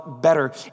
better